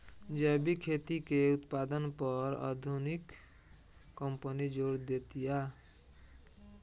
जैविक खेती के उत्पादन पर आधुनिक कंपनी जोर देतिया